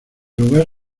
lugar